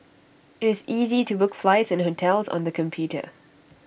IT is easy to book flights and hotels on the computer